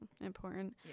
important